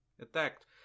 attacked